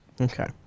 Okay